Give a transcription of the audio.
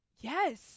yes